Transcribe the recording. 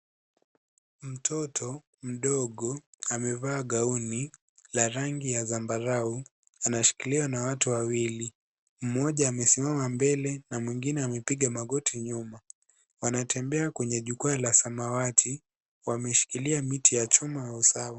Mtoto mdogo amevaa gauni la rangi ya zambarau. Anashikiliwa na watu wawili, mmoja amesimama mbele na mwingini amepiga magoti nyuma. Wanatembea kwenye jukwaa la samawati. Wameshikilia miti ya chuma wawe sawa.